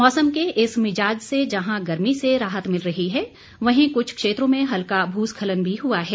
मौसम के इस मिजाज़ से जहां गर्मी से राहत मिल रही है वहीं कुछ क्षेत्रों में हल्का भूस्खलन भी हुआ है